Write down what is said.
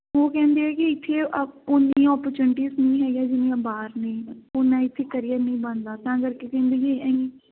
ਉਹ ਕਹਿੰਦੇ ਆ ਕਿ ਇੱਥੇ ਓਨੀਆਂ ਓਪਰਚੁਨਟੀਜ਼ ਨਹੀਂ ਹੈਗੀਆਂ ਜਿੰਨੀਆਂ ਬਾਹਰ ਨੇ ਉਨਾਂ ਇੱਥੇ ਕਰੀਅਰ ਨਹੀਂ ਬਣਦਾ ਤਾਂ ਕਰਕੇ ਕਹਿੰਦੇ ਵੀ ਅਸੀਂ